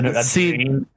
See